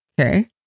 Okay